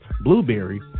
blueberry